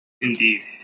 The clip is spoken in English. Indeed